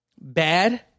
bad